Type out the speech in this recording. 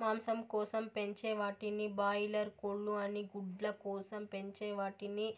మాంసం కోసం పెంచే వాటిని బాయిలార్ కోళ్ళు అని గుడ్ల కోసం పెంచే వాటిని